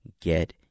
get